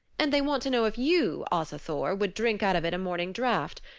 and they want to know if you, asa thor, would drink out of it a morning draught.